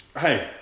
Hey